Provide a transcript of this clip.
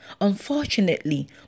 Unfortunately